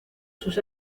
sus